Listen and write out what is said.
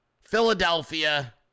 Philadelphia